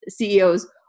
CEO's